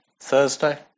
Thursday